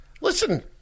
listen